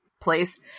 place